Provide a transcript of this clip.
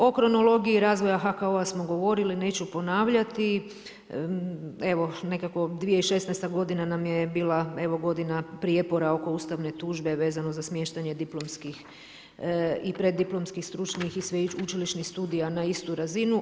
O kronologiji razvoja HKO-a smo govorili neću ponavljati, evo nekako 2016. godina nam je bila godina prijepora oko ustavne tužbe vezano za smještanje diplomskih i preddiplomskih stručnih i sveučilišnih studija na istu razinu.